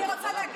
אדוני היושב-ראש,